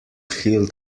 healed